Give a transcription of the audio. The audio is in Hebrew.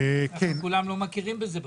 ככה כולם לא מכירים בזה בכלל.